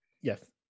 Yes